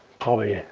probably,